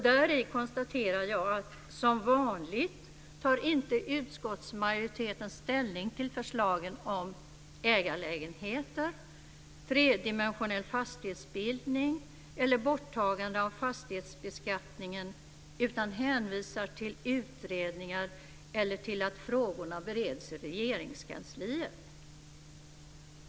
Däri konstaterar jag att utskottsmajoriteten som vanligt inte tar ställning till förslagen om ägarlägenheter, tredimensionell fastighetsbildning eller borttagande av fastighetsbeskattningen utan hänvisar till utredningar eller till att frågorna bereds i Regeringskansliet.